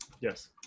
yes